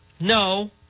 No